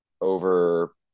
over